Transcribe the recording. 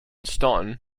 staunton